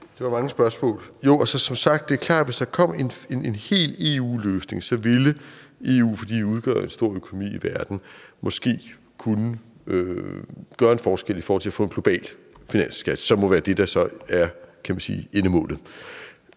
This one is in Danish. Det var mange spørgsmål. Jo, og som sagt er det klart, at hvis der kom en hel EU-løsning, ville EU, fordi EU udgør en stor økonomi i verden, måske kunne gøre en forskel i forhold til at få en global finansskat, som må være det, der så er endemålet.